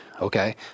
Okay